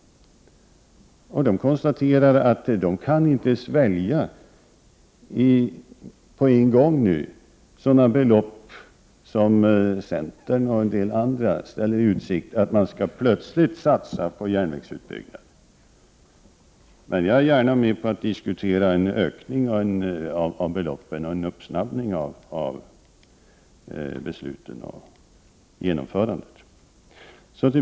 Man konstaterar där att man inte på en gång kan svälja sådana belopp som centern och en del andra ställer i utsikt att det plötsligt skall satsas på järnvägsutbyggnaden. Man jag är gärna med på att diskutera en ökning av beloppen och en uppsnabbning av besluten och genomförandet.